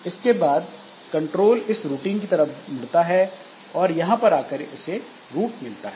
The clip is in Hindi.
उसके बाद कंट्रोल इस रूटीन की तरफ भी मुड़ता है और यहां पर आकर इसे रूट मिलता है